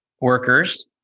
workers